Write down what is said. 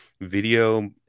video